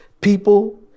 people